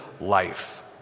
life